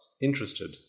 interested